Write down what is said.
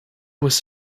was